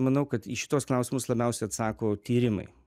manau kad į šituos klausimus labiausiai atsako tyrimai